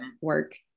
work